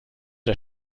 der